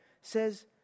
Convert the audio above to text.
says